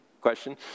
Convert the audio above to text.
question